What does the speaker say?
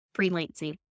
freelancing